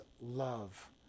love